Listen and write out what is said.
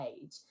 age